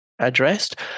addressed